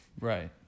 Right